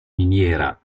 miniera